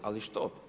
Ali što?